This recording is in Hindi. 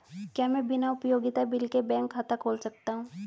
क्या मैं बिना उपयोगिता बिल के बैंक खाता खोल सकता हूँ?